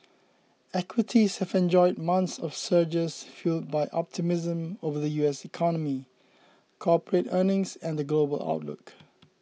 equities have enjoyed months of surges fuelled by optimism over the U S economy corporate earnings and the global outlook